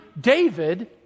David